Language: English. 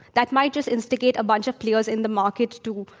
that might just instigate a bunch of players in the markets to,